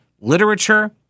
literature